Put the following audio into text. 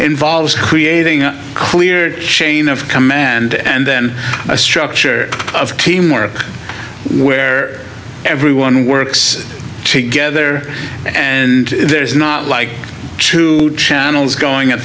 involves creating a clear chain of command and then a structure of teamwork where everyone works together and there's not like two channels going at